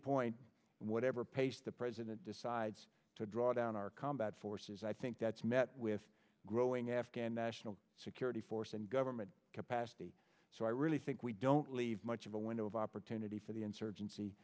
point whatever pace the president decides to draw down our combat forces i think that's met with growing afghan national security force and government capacity so i really think we don't leave much of a window of opportunity for the insurgency